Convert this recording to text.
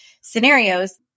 scenarios